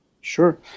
Sure